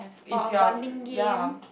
if you're ya